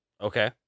Okay